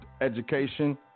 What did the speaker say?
education